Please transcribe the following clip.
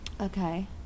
Okay